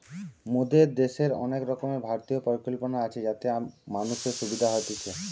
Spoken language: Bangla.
মোদের দ্যাশের অনেক রকমের ভারতীয় পরিকল্পনা আছে যাতে মানুষের সুবিধা হতিছে